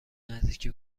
نزدیکی